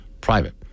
private